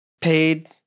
paid